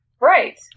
right